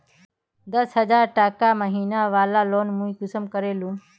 दस हजार टका महीना बला लोन मुई कुंसम करे लूम?